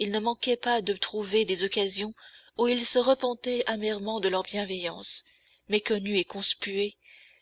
ils ne manquaient pas de trouver des occasions où ils se repentaient amèrement de leur bienveillance méconnue et conspuée